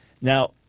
Now